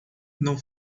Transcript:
não